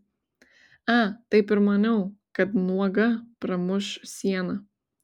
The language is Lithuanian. a taip ir maniau kad nuoga pramuš sieną